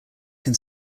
can